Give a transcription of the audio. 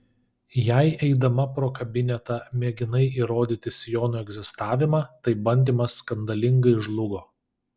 jei eidama pro kabinetą mėginai įrodyti sijono egzistavimą tai bandymas skandalingai žlugo